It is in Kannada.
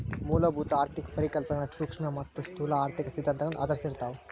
ಮೂಲಭೂತ ಆರ್ಥಿಕ ಪರಿಕಲ್ಪನೆಗಳ ಸೂಕ್ಷ್ಮ ಮತ್ತ ಸ್ಥೂಲ ಆರ್ಥಿಕ ಸಿದ್ಧಾಂತಗಳನ್ನ ಆಧರಿಸಿರ್ತಾವ